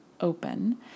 open